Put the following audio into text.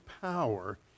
power